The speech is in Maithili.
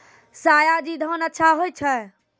सयाजी धान अच्छा होय छै?